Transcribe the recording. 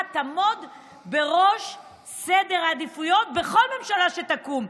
תעמוד בראש סדר העדיפויות בכל ממשלה שתקום.